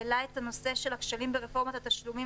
העלה את הנושא של הכשלים ברפורמת התשלומים